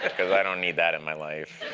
because i don't need that in my life.